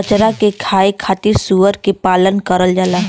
कचरा के खाए खातिर सूअर के पालन करल जाला